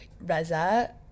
Reza